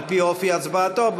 על-פי אופי הצבעתו,